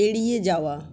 এড়িয়ে যাওয়া